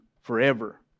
forever